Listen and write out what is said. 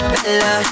Bella